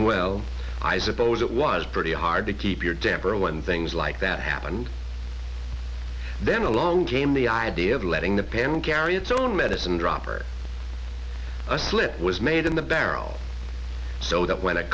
well i suppose it was pretty hard to keep your temper when things like that happened then along came the idea of letting the pan carry its own medicine dropper a slit was made in the barrel so that when